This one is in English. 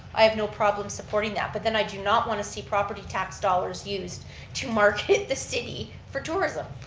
i have no problem supporting that, but then i do not want to see property tax dollars used to market the city for tourism.